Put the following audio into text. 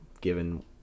given